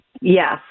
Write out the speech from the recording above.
yes